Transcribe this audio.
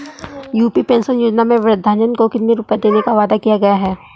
UP pension योजना में वृद्धजन को कितनी रूपये देने का वादा किया गया है?